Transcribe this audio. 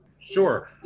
Sure